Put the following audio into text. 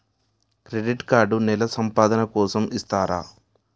Credit card నెల సంపాదన కోసం ఇస్తారా?